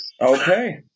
Okay